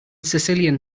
sicilian